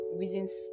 reasons